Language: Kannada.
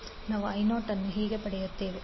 176A ನಾವು I0 ಅನ್ನು ಹೀಗೆ ಪಡೆಯುತ್ತೇವೆ I0I0I0 5j3